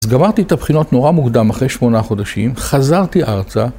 אז גמרתי את הבחינות נורא מוקדם אחרי שמונה חודשים, חזרתי ארצה.